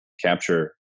capture